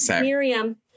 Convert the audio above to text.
miriam